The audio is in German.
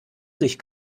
sich